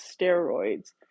steroids